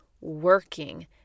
working